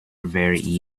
very